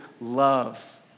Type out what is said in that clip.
love